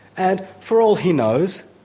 and for all he knows,